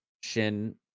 Shin